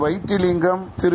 Vaithilingam Thiru